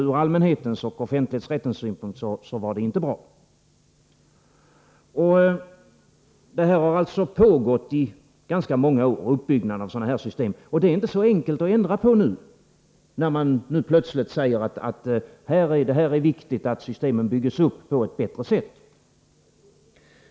Uppbyggnaden av sådana här system har alltså pågått under ganska många år, och detta är inte så enkelt att ändra på nu, när man plötsligt säger att det är viktigt att systemen byggs upp på ett bättre sätt.